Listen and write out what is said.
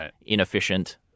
inefficient